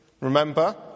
Remember